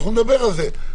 אנחנו נדבר על זה.